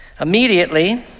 Immediately